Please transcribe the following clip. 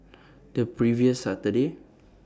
The previous Saturday